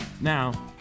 Now